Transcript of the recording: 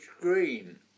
Green